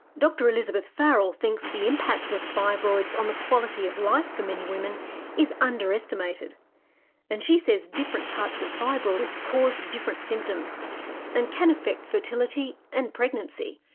dr elizabeth farrell thinks the impact of fibroids on the quality of life for many women is under estimated and she says different types of fibroids cause different symptoms and can affect fertility and pregnancy.